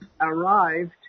arrived